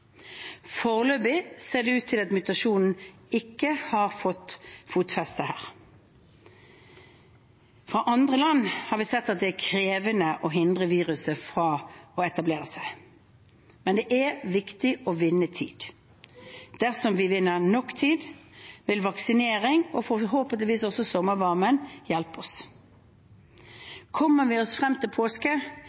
Foreløpig ser det ut til at mutasjonen ikke har fått fotfeste her. Fra andre land har vi sett at det er krevende å hindre viruset i å etablere seg. Men det er viktig å vinne tid. Dersom vi vinner nok tid, vil vaksinering og forhåpentligvis også sommervarmen hjelpe oss. Kommer vi oss frem til påske,